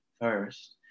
first